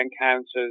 encounters